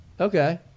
Okay